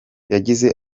yagize